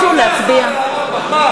ההצבעה.